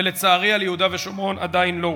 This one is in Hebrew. ולצערי על יהודה ושומרון עדיין לא הוחל.